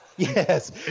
Yes